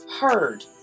heard